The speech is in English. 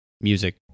music